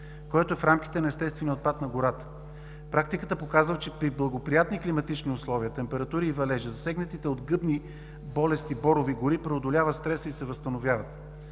което е в рамките на естествения отпад на гората. Практиката показва, че при благоприятни климатични условия, температури и валежи, засегнатите от гъбни болести борови гори преодоляват стреса и се възстановяват.